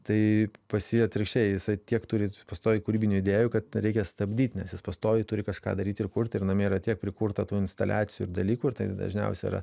tai pas jį atvirkščiai jisai tiek turi pastoviai kūrybinių idėjų kad reikia stabdyt nes jis pastoviai turi kažką daryt ir kurt ir namie yra tiek prikurta tų instaliacijų ir dalykų ir tai dažniausia yra